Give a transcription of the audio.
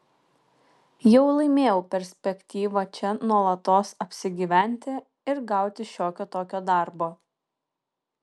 jau laimėjau perspektyvą čia nuolatos apsigyventi ir gauti šiokio tokio darbo